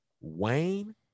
Wayne